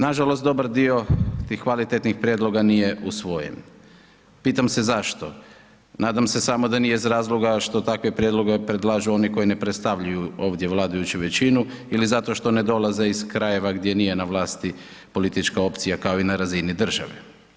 Nažalost dobar dio tih kvalitetnih prijedloga nije usvojen, pitam se zašto, nadam se samo da nije iz razloga što takve prijedloge predlažu oni koji ne predstavljaju vladajuću većinu ili zato što ne dolaze iz krajeva gdje nije na vlasti politička opcija kao i na razini države.